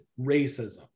racism